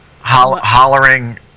Hollering